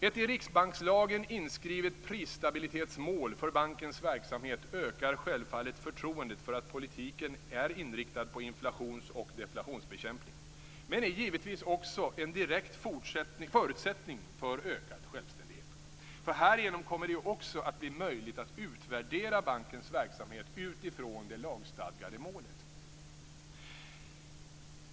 Ett i riksbankslagen inskrivet prisstabilitetsmål för bankens verksamhet ökar självfallet förtroendet för att politiken är inriktad på inflations och deflationsbekämpning men är givetvis också en direkt förutsättning för ökad självständighet. Härigenom kommer det också att bli möjligt att utvärdera bankens verksamhet utifrån det lagstadgade målet.